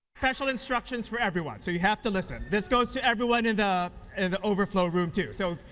special instructions for everyone, so you have to listen. this goes to everyone in the and the overflow room, too. so,